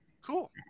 Cool